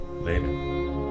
Later